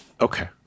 Okay